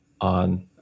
on